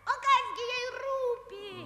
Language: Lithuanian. o kas gi jai rūpi